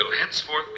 henceforth